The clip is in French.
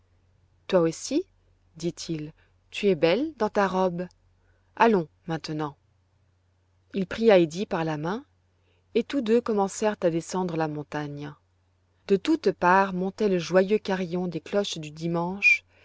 toi aussi dit-il tu es belle dans ta robe allons maintenant il prit heidi par la main et tous deux commencèrent à descendre la montagne de toutes parts montait le joyeux carillon des cloches du dimanche